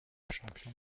champion